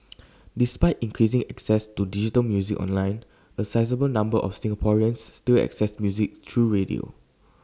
despite increasing access to digital music online A sizeable number of Singaporeans still access music through radio